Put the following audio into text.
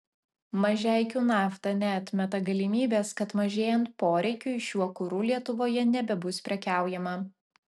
mažeikių nafta neatmeta galimybės kad mažėjant poreikiui šiuo kuru lietuvoje nebebus prekiaujama